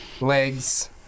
Legs